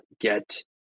get